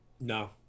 No